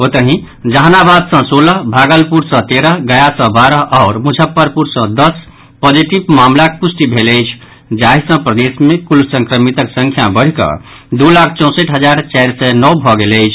ओतहि जहानाबाद सँ सोलह भागलपुर सँ तेरह गया सँ बारह आओर मुजफ्फरपुर सँ दस पॉजिटिव मामिलाक पुष्टि भेल अछि जाहि सँ प्रदेश मे कुल संक्रमितक संख्या बढ़ि कऽ दू लाख चौंसठि हजार चारि सय नओ भऽ गेल अछि